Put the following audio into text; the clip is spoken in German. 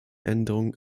änderungen